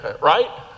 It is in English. right